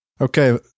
okay